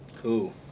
Cool